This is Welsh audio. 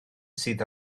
sydd